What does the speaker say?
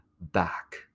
back